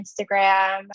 Instagram